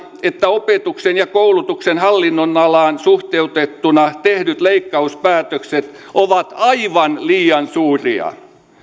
että opetuksen ja koulutuksen hallinnonalaan suhteutettuina tehdyt leikkauspäätökset ovat aivan liian suuria